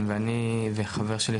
אני וחבר שלי,